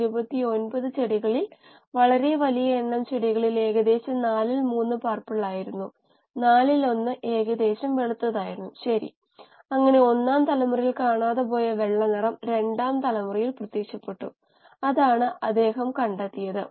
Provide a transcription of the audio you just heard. ഇത് എളുപ്പത്തിൽ ചലിക്കാൻ അനുവദിക്കുന്നില്ല ഒപ്പം ഉള്ളിലെ ഉള്ളടക്കങ്ങൾ സ്വതന്ത്രമായി നീങ്ങേണ്ടതുണ്ടെങ്കിൽ സെൽവാൾ അത് അനുവദിക്കുന്നില്ലെങ്കിൽ അതും സമ്മർദ്ദത്തിന് കാരണമാകും